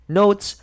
notes